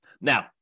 Now